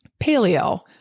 paleo